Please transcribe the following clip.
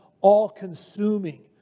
all-consuming